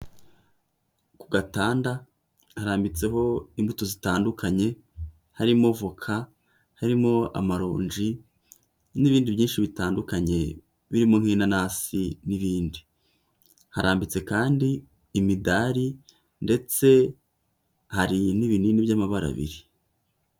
Ku gatanda harambitseho imbuto zitandukanye, harimo voka, harimo amaronji n'ibindi byinshi bitandukanye birimo nk'inanasi n'ibindi, harambitse kandi imidari ndetse hari n'ibinini by'amabara abiri.